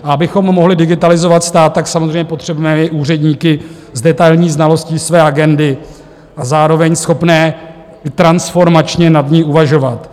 Abychom mohli digitalizovat stát, tak samozřejmě potřebujeme i úředníky s detailní znalostí své agendy a zároveň schopné transformačně nad ní uvažovat.